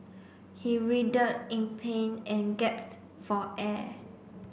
he in pain and for air